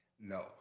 No